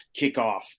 kickoff